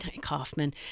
Kaufman